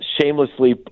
shamelessly